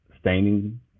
staining